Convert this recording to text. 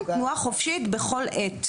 תנועה חופשית בכל עת.